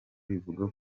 bivuga